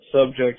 subject